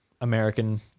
American